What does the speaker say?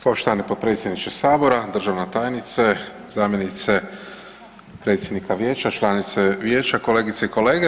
Poštovani potpredsjedniče Sabora, državna tajnice, zamjenice predsjednika Vijeća, članice Vijeća, kolegice i kolege.